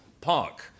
park